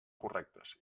correctes